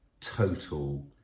total